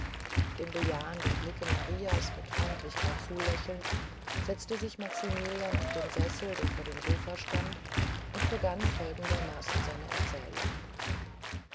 dem bejahenden blicke marias mit freundlichkeit zulächelnd setzte sich maximilian auf den sessel der vor dem sofa stand und begann folgendermaßen seine erzählung